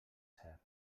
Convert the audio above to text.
cert